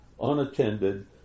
unattended